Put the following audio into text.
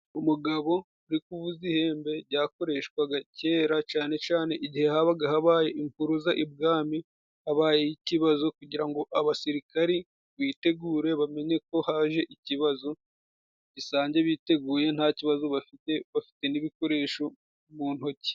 Umugabo uri kuvuza ihembe ryakoreshwaga kera cane cane igihe habaga habaye impuruza ibwami, habayeyo ikibazo kugira ngo abasirikari bitegure bamenye ko haje ikibazo, gisange biteguye nta kibazo bafite bafite n'ibikoresho mu ntoki.